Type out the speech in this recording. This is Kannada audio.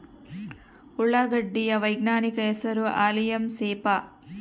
ಉಳ್ಳಾಗಡ್ಡಿ ಯ ವೈಜ್ಞಾನಿಕ ಹೆಸರು ಅಲಿಯಂ ಸೆಪಾ